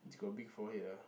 it's got big forehead ah